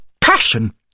passion